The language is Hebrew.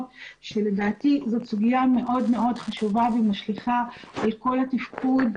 שלדעתי זאת סוגיה מאוד מאוד חשובה ומשליכה על כל התפקוד,